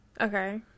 Okay